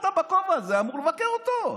אתה בכובע הזה אמור לבקר אותו.